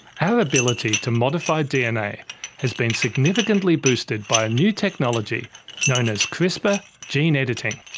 our ability to modify dna has been significantly boosted by a new technology known as crispr gene editing.